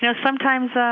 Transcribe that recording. you know sometimes, ah